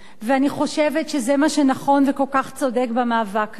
ואני חושבת שזה מה שנכון וכל כך צודק במאבק הזה.